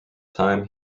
time